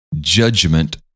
judgment